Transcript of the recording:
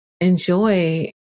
enjoy